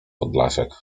podlasiak